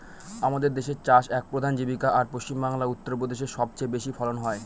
আমাদের দেশের চাষ এক প্রধান জীবিকা, আর পশ্চিমবাংলা, উত্তর প্রদেশে সব চেয়ে বেশি ফলন হয়